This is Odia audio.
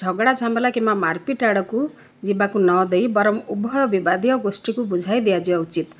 ଝଗଡ଼ା ଝାମେଲା କିମ୍ବା ମାର୍ ପିଟ୍ ଆଡ଼କୁ ଯିବାକୁ ନ ଦେଇ ବରଂ ଉଭୟ ବିବାଦୀୟ ଗୋଷ୍ଠୀକୁ ବୁଝାଇ ଦିଆଯିବା ଉଚିତ